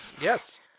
Yes